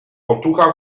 otucha